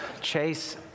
Chase